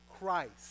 Christ